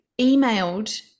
emailed